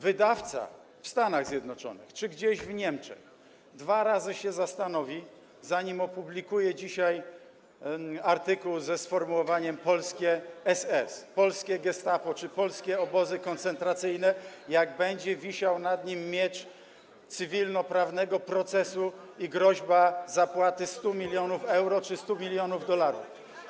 Wydawca w Stanach Zjednoczonych czy gdzieś w Niemczech dzisiaj dwa razy się zastanowi, zanim opublikuje artykuł ze sformułowaniem „polskie SS”, „polskie gestapo” czy „polskie obozy koncentracyjne”, jak będzie wisiał nad nim miecz cywilnoprawnego procesu i groźba zapłaty 100 mln euro czy 100 mln dolarów.